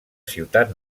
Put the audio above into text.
ciutat